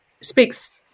speaks –